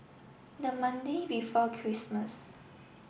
the Monday before Christmas